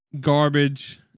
garbage